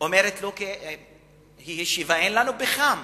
היא אומרת לו: כי אין לנו פחם.